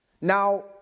Now